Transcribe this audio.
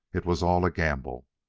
it was all a gamble.